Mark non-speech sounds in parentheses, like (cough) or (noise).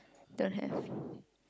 don't have (breath)